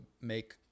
make